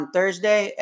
Thursday